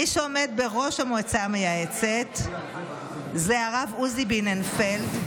מי שעומד בראש המועצה המייעצת זה הרב עוזי ביננפלד,